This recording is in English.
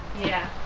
yeah.